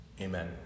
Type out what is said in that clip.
Amen